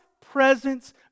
presence